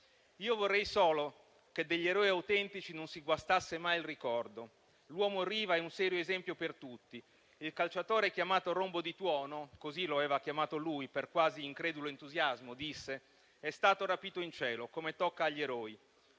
«Io vorrei solo che degli eroi autentici non si guastasse mai il ricordo. L'uomo Riva è un serio esempio per tutti. Il giocatore chiamato Rombo di tuono» - così lo aveva chiamato lui, per quasi incredulo entusiasmo - «è stato rapito in cielo, come tocca agli eroi».